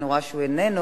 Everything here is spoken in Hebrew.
אני רואה שהוא איננו.